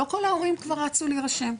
לא כל ההורים כבר רצו להירשם.